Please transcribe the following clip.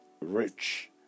rich